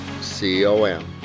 C-O-M